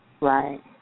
Right